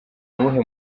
uwuhe